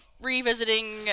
revisiting